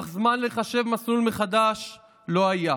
אך זמן לחשב מסלול מחדש לא היה.